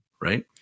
right